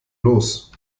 los